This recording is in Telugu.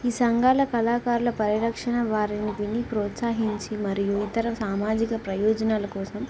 ఈ సంఘాల కళాకారుల పరిరక్షణ వారిని విని ప్రోత్సహించి మరియు ఇతర సామాజిక ప్రయోజనాల కోసం